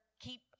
Keep